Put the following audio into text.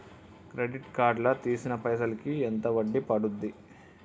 Credit card లా తీసిన పైసల్ కి ఎంత వడ్డీ పండుద్ధి?